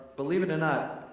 believe it or not,